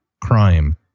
crime